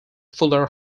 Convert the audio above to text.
fuller